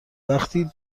وقتی